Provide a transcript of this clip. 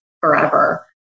forever